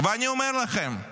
ואני אומר לכם,